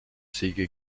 sega